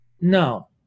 No